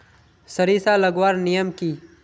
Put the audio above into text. सरिसा लगवार नियम की?